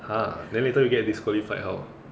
!huh! then later you get disqualified how